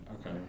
Okay